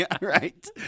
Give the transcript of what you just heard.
right